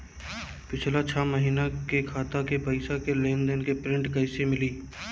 पिछला छह महीना के खाता के पइसा के लेन देन के प्रींट कइसे मिली?